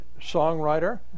songwriter